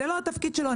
זה לא התפקיד שלו.